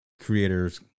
creator's